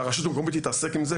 שהרשות המקומית תתעסק עם זה.